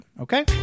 okay